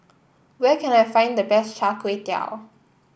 where can I find the best Char Kway Teow